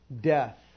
death